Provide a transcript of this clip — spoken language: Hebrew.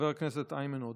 חבר הכנסת איימן עודה.